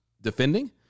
defending